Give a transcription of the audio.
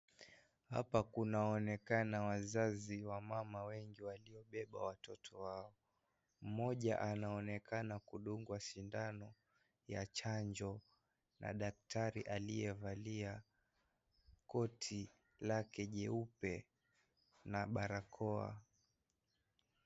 Hapa kunaonekana wazazi wa mama wengi waliobeba watoto wao, mmoja anaonekana kudungwa sindano ya chanjo na dakitari aliyevalia koti lake jeupe na barakoa.